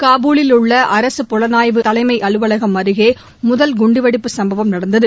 காபூலில் உள்ள அரசு புலனாய்வு தலைமை அலுவலகம் அருகே முதல் குண்டுவெடிப்பு சும்பவம் நடந்தது